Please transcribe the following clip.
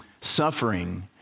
suffering